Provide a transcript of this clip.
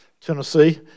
tennessee